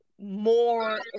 more